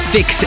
Fix